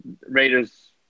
Raiders